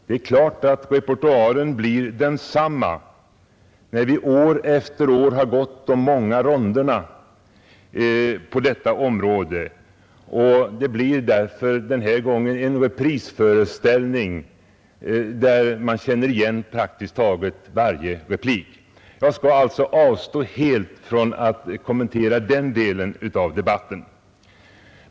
Repertoaren blir naturligtvis densamma, när vi år efter år har gått de många ronderna i denna fråga, och denna gång blir det därför en reprisföreställning, där man känner igen praktiskt taget varje replik. Jag skall alltså som sagt helt avstå från att kommentera den delen av debatten.